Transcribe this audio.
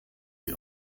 sie